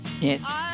Yes